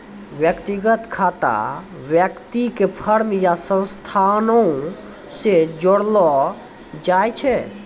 व्यक्तिगत खाता व्यक्ति के फर्म या संस्थानो से जोड़लो जाय छै